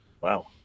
Wow